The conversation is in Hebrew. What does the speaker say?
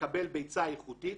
יקבל ביצה איכותית